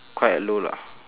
quite low lah